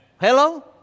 Hello